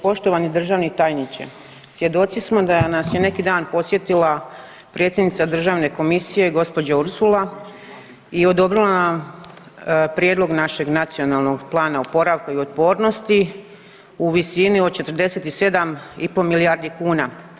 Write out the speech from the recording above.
Poštovani državni tajniče, svjedoci smo da nas je neki dan posjetila predsjednica državne komisije gđa. Ursula i odobrila nam prijedlog našeg Nacionalnog plana oporavka i otpornosti u visini od 47,5 milijardi kuna.